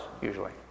usually